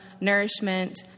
nourishment